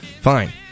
Fine